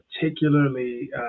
particularly